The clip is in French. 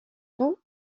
tout